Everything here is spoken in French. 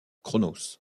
cronos